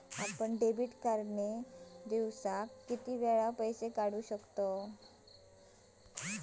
Debit card ने दिवसाला किती वेळा पैसे काढू शकतव?